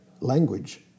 language